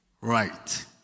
right